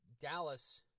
Dallas